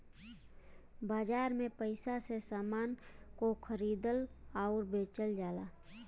बाजार में पइसा से समान को खरीदल आउर बेचल जाला